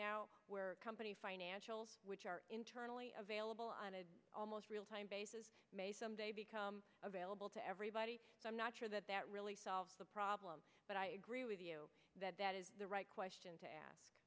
now where a company financials which are internally available and almost real time basis become available to everybody i'm not sure that that really solves the problem but i agree with you that that is the right question to ask